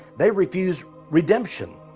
they refused redemption.